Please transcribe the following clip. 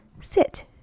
sit